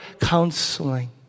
counseling